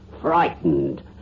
frightened